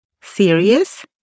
serious